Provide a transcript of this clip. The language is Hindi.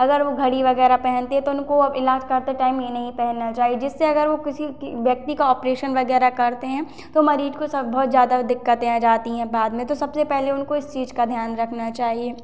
अगर वो घड़ी वगैरह पहनते हैं तो उनको इलाज कराते टाइम ये नहीं पहनना चाहिए जिससे अगर वो किसी की व्यक्ति का ऑपरेशन वगैरह करते हैं तो मरीज को सब बहुत ज़्यादा दिक्कतें आ जाती हैं बाद में तो सबसे पहले उनको इस चीज का ध्यान रखना चाहिए